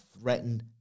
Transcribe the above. threaten